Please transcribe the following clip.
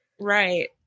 Right